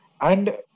And-